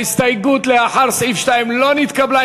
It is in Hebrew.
ההסתייגות לאחרי סעיף 2 לא נתקבלה.